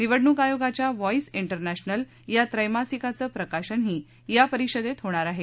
निवडणूक आयोगाच्या voice international या त्रैमासिकाचं प्रकाशनही या परिषदेत होणार आहे